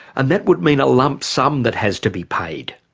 and that would mean a lump sum that has to be paid.